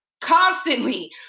constantly